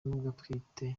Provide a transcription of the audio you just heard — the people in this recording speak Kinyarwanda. atwite